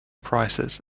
prices